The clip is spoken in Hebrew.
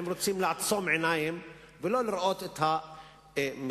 הם רוצים לעצום עיניים ולא לראות את המציאות,